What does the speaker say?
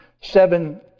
seven